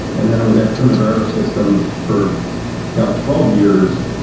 and then i was at primavera systems for about twelve years,